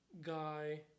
Guy